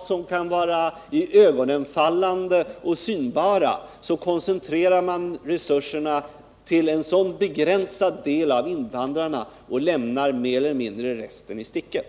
synbara och kanske iögonfallande resultat skall koncentrera resurserna till en så begränsad del av invandrarna och mer eller mindre lämna de övriga i sticket.